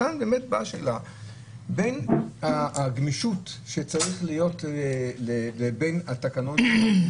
כאן באה השאלה בין הגמישות שצריכה להיות לבין התקנות.